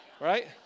Right